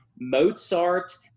Mozart